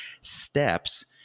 steps